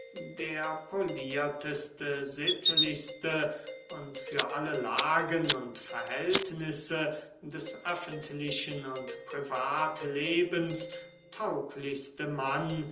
der polierteste sittlichste und für alle lagen und verhältnisse des öffentlichen und privatlebens tauglichste mann